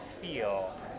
feel